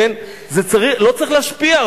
זה לא צריך להשפיע.